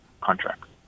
contracts